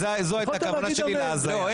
זו הייתה הכוונה שלי להזיה,